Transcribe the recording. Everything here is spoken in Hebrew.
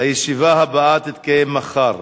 הישיבה הבאה תתקיים מחר,